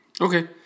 Okay